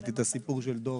הסיפור של דור